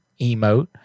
emote